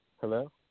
Hello